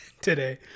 today